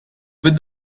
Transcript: with